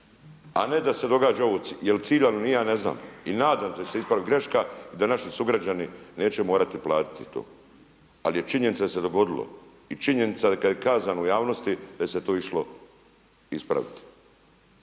a ne da se događa ovo. Jer ciljano ni ja ne znam i nadate se ispravit greška i da naši sugrađani neće morati platiti to. Ali je činjenica da se dogodilo i činjenica kada je kazano u javnosti da se to išlo ispraviti.